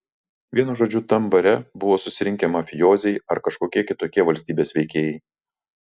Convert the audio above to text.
vienu žodžiu tam bare buvo susirinkę mafijoziai ar kažkokie kitokie valstybės veikėjai